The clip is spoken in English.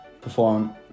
perform